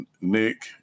Nick